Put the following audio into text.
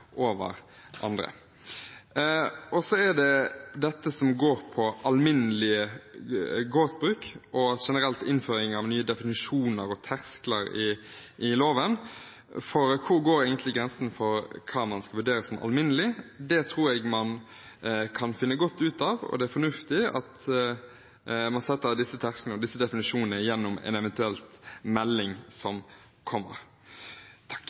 andre. Så er det dette som går på alminnelige gårdsbruk og, generelt, innføring av nye definisjoner og terskler i loven. For hvor går egentlig grensen for hva man skal vurdere som alminnelig? Det tror jeg man kan finne godt ut av, og det er fornuftig at man setter disse tersklene og disse definisjonene gjennom en eventuell melding som kommer.